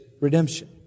redemption